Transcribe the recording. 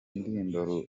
indirimbo